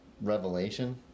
revelation